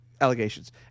allegations